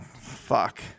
fuck